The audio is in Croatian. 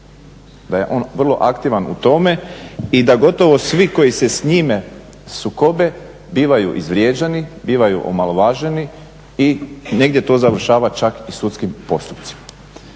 da je on vrlo aktivan u tome. I da gotovo svi koji se sa njime sukobe bivaju izvrijeđani, bivaju omalovaženi i negdje to završava čak i sudskim postupcima.